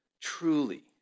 truly